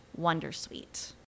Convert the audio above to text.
wondersuite